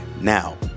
Now